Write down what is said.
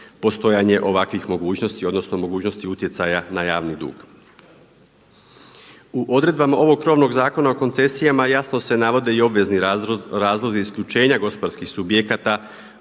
postojanje ovakvih mogućnosti, odnosno mogućnosti utjecaja na javni dug. U odredbama ovog krovnog Zakona o koncesijama jasno se navode i obvezni razlozi isključenja gospodarskih subjekata